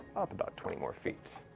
up about twenty more feet